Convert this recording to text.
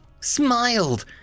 Smiled